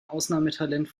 ausnahmetalent